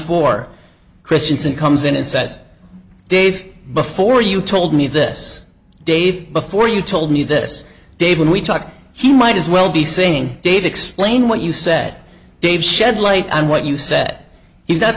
four christiansen comes in and says dave before you told me this dave before you told me this dave when we talk he might as well be saying david explain what you said dave shed light on what you said he's not